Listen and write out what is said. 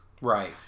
Right